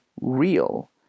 real